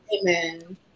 Amen